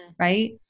right